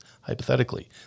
hypothetically